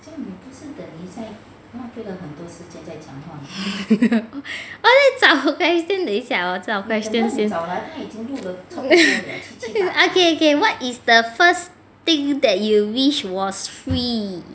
我在找我的 question 等一下我在找我的 question 先 okay okay what is the first thing that you wish was free